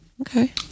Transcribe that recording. Okay